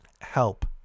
Help